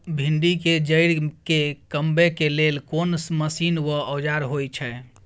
भिंडी के जईर के कमबै के लेल कोन मसीन व औजार होय छै?